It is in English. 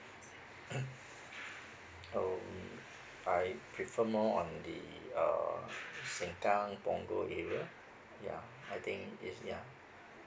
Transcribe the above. um I prefer more on the uh sengkang punggol area ya I think is yeah